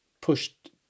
pushed